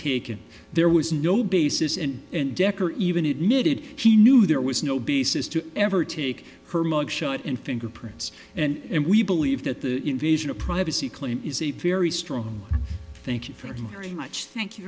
taken there was no basis and and decker even admitted she knew there was no basis to ever take her mug shot and fingerprints and we believe that the invasion of privacy claim is a very strong thank you for very much thank you